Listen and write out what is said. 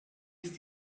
ist